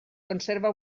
conserva